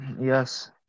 Yes